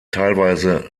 teilweise